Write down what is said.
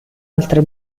altre